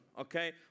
okay